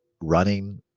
running